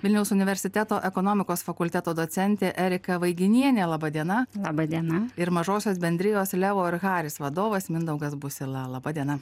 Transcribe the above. vilniaus universiteto ekonomikos fakulteto docentė erika vaiginienė laba diena laba diena ir mažosios bendrijos levo ir haris vadovas mindaugas busila laba diena